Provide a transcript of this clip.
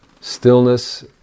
Stillness